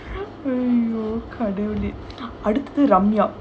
!aiyo! கடவுளே அடுத்தது:kadavulae aduthathu ramya